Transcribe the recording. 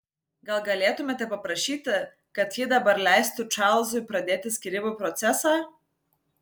gal galėtumėte paprašyti kad ji dabar leistų čarlzui pradėti skyrybų procesą